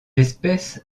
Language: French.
espèce